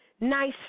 Nice